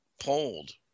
polled